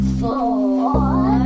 four